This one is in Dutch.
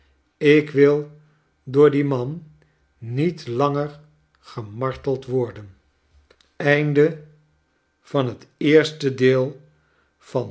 ik wil door dien man niet langer gemarteld worclen